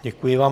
Děkuji vám.